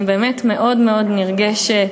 אני באמת מאוד מאוד נרגשת.